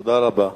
תודה רבה.